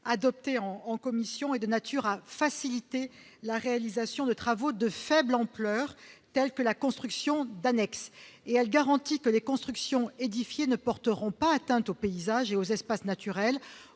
adoptée par la commission, est de nature à faciliter la réalisation de travaux de faible ampleur, tels que la construction d'annexes. Elle garantit que les constructions édifiées ne porteront pas atteinte aux paysages et aux espaces naturels,